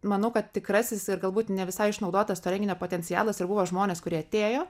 manau kad tikrasis ir galbūt ne visai išnaudotas to renginio potencialas ir buvo žmonės kurie atėjo